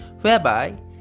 whereby